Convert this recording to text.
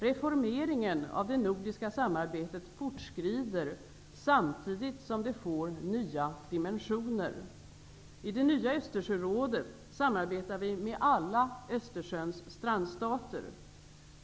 Reformeringen av det nordiska samarbetet fortskrider samtidigt som det får nya dimensioner. I det nya Östersjörådet samarbetar vi med alla Östersjöns strandstater.